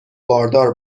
باردار